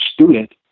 student